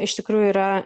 iš tikrųjų yra